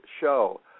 show